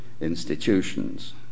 institutions